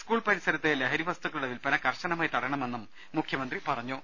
school പരിസരത്ത് ലഹരി വസ്തുക്കളുടെ വില്പന കർശനമായി തടയണമെന്നും മുഖ്യമന്ത്രി പറഞ്ഞു